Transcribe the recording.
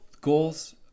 goals